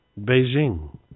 Beijing